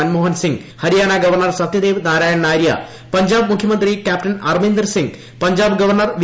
Manmohan Singh Haryana governor Sathyadev Narayan Arya Punjab മുഖ്യമന്ത്രി captain അർമീന്ദർ Singh Punjab governor V